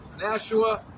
Nashua